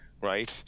Right